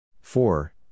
four